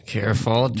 Careful